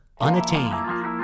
Unattained